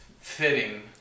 fitting